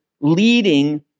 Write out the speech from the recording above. leading